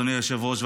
אדוני היושב-ראש,